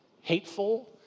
hateful